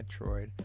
Metroid